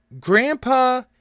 Grandpa